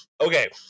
okay